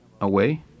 away